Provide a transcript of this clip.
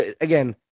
again